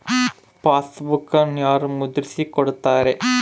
ಪಾಸ್ಬುಕನ್ನು ಯಾರು ಮುದ್ರಿಸಿ ಕೊಡುತ್ತಾರೆ?